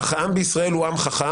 אך העם בישראל הוא עם חכם,